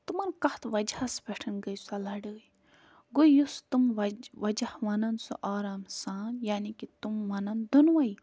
تِمَن کَتھ وجِہَس پٮ۪ٹھ گٔے سۄ لَڑٲے گوٚو یُس تِم وج وجہ وَنَن سُہ آرام سان یعنی کہِ تِم وَنَن دۄنوَے